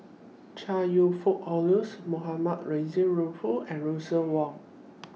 Chong YOU Fook Charles Mohamed Rozani Maarof and Russel Wong